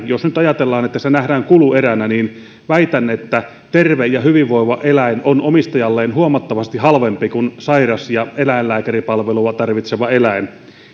jos nyt ajatellaan että eläin nähdään kulueränä niin väitän että terve ja hyvinvoiva eläin on omistajalleen huomattavasti halvempi kuin sairas ja eläinlääkäripalvelua tarvitseva eläin